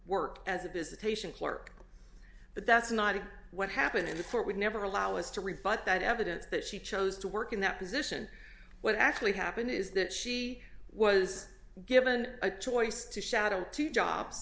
work as a visitation clerk but that's not what happened in the court would never allow us to rebut that evidence that she chose to work in that position what actually happened is that she was given a choice to shadow two jobs